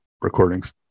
recordings